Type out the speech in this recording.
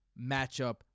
matchup